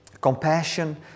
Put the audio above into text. compassion